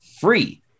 free